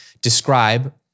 describe